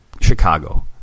Chicago